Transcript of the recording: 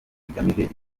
bigamije